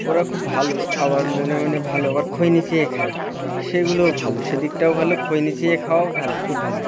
ওরা খুব ভালো আবার মনে মনে ভালো আবার খৈনি চেয়ে নিয়ে খায় সেগুলোও ভালো সেদিকটাও ভালো খৈনি চেয়ে খাওয়াও ভালো খুব ভালো